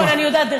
נכון, אני יודעת.